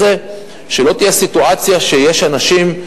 שלא תהיה סיטואציה שיש אנשים,